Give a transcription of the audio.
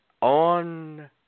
on